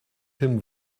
him